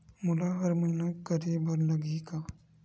मोला हर महीना करे बर लगही का?